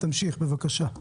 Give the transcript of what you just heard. תמשיך בבקשה.